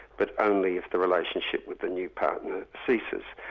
but only if the relationship with the new partner ceases.